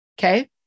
okay